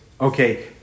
Okay